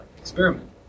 experiment